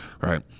right